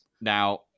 Now